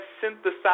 synthesized